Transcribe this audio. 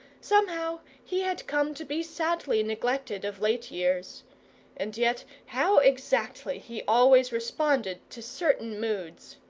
somehow he had come to be sadly neglected of late years and yet how exactly he always responded to certain moods!